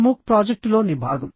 MOOC ప్రాజెక్టులో ని భాగం